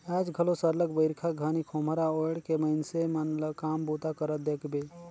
आएज घलो सरलग बरिखा घनी खोम्हरा ओएढ़ के मइनसे मन ल काम बूता करत देखबे